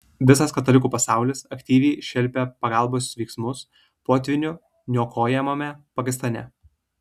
visas katalikų pasaulis aktyviai šelpia pagalbos veiksmus potvynių niokojamame pakistane